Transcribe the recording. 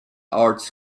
arts